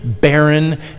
barren